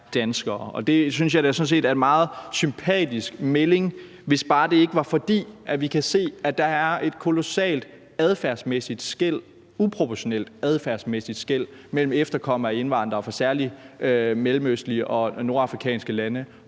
set er en meget sympatisk melding, hvis bare det ikke var, fordi vi kan se, at der er et kolossalt adfærdsmæssigt skel – uproportionalt adfærdsmæssigt skel – mellem efterkommere af indvandrere fra særlig mellemøstlige og nordafrikanske lande